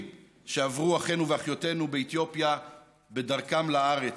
שעברו אחינו ואחיותינו באתיופיה בדרכם לארץ.